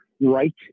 right